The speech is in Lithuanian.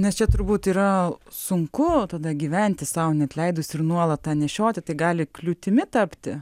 nes čia turbūt yra sunku tada gyventi sau neatleidus ir nuolat tą nešioti tai gali kliūtimi tapti